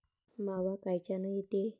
मावा कायच्यानं येते?